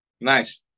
Nice